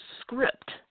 script